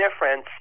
difference